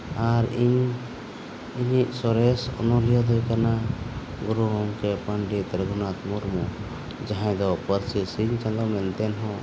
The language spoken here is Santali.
ᱟᱨ ᱤᱧ ᱤᱧᱤᱡ ᱥᱚᱨᱮᱥ ᱚᱱᱚᱞᱤᱭᱟᱹ ᱫᱚᱭ ᱠᱟᱱᱟ ᱜᱩᱨᱩ ᱜᱚᱢᱠᱮ ᱯᱚᱱᱰᱤᱛ ᱨᱚᱜᱷᱩᱱᱟᱛᱷ ᱢᱩᱨᱢᱩ ᱡᱟᱦᱟᱸᱭ ᱫᱚ ᱯᱟᱹᱨᱥᱤ ᱥᱤᱧ ᱪᱟᱸᱫᱚ ᱢᱮᱱᱛᱮ ᱦᱚᱸ